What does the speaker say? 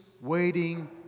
waiting